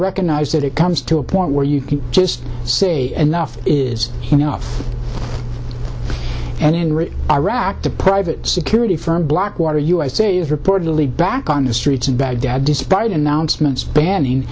recognize that it comes to a point where you can just say enough is enough and in iraq the private security firm blackwater usa is reportedly back on the streets of baghdad despite announcements banning